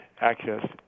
access